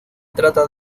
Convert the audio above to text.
trata